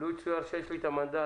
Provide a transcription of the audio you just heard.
לו יצויר שיש לי את המנדט